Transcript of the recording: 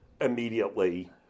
immediately